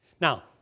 Now